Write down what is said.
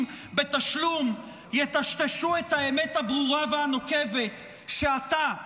בתשלום יטשטשו את האמת הברורה והנוקבת שאתה,